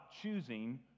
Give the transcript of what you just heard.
choosing